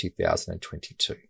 2022